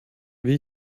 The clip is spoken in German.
wie